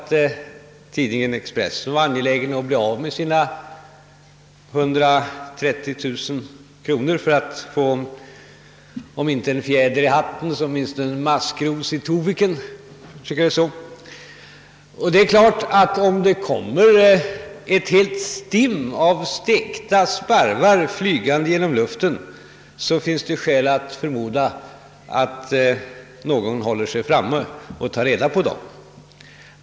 Tidningen Expressen var tydligen angelägen att bli av med sina 130000 kronor för att få om inte en fjäder i hatten så åtminstone en maskros i tovan. Om det kommer en hel flock av stekta sparvar flygande genom luf ten, håller naturligtvis alltid någon sig framme och tar reda på dem.